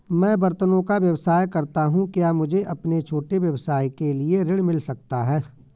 मैं बर्तनों का व्यवसाय करता हूँ क्या मुझे अपने छोटे व्यवसाय के लिए ऋण मिल सकता है?